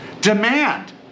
Demand